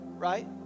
right